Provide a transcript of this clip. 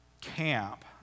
camp